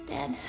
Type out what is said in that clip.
Dead